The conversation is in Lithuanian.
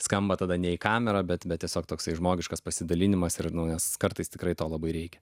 skamba tada ne į kamerą bet bet tiesiog toksai žmogiškas pasidalinimas ir naujas kartais tikrai to labai reikia